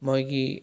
ꯃꯣꯏꯒꯤ